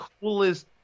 coolest